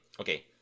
Okay